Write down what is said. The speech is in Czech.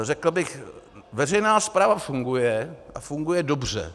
Řekl bych, veřejná správa funguje a funguje dobře.